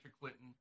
Clinton